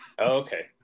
Okay